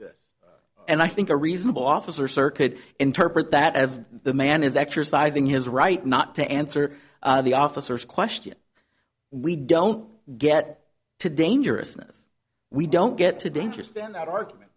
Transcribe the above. this and i think a reasonable officer sir could interpret that as the man is exercising his right not to answer the officers question we don't get to dangerousness we don't get to dangerous fan that argument